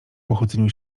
pochodzeniu